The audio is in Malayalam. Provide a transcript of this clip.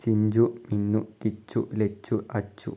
ചിഞ്ചു മിന്നു കിച്ചു ലച്ചു അച്ചു